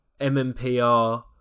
MMPR